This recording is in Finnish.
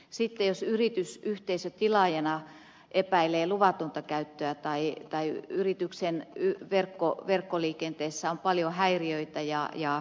sitten jos yritys yhteisötilaajana epäilee luvatonta käyttöä tai yrityksen verkkoliikenteessä on paljon häiriöitä ja ja